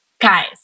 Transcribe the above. Guys